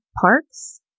parks